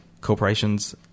corporations